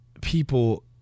people